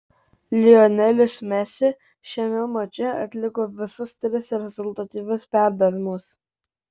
lionelis messi šiame mače atliko visus tris rezultatyvius perdavimus